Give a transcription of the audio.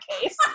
case